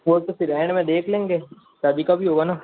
वो तो फिर एंड में देख लेंगे शादी का भी होगा ना